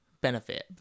benefit